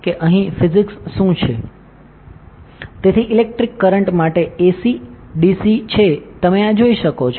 તેથી electric current માટે AC DC છે તમે આ જોઈ શકો છો